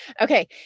Okay